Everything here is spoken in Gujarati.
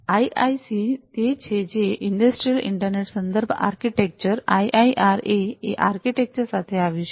આઈઆઈસી તે છે કે જે ઇંડસ્ટ્રિયલ ઇન્ટરનેટ સંદર્ભ આર્કિટેક્ચર આઈઆઈઆરએ એ આર્કિટેક્ચર સાથે આવ્યું છે